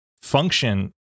function